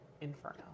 Inferno